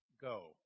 go